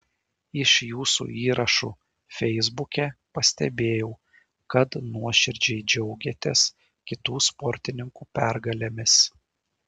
iš jūsų įrašų feisbuke pastebėjau kad nuoširdžiai džiaugiatės kitų sportininkų pergalėmis